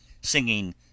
singing